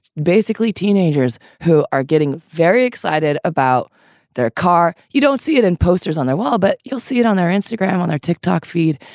basically teenagers who are getting very excited about their car. you don't see it in posters on their wall, but you'll see it on their instagram, on their tick-tock feed.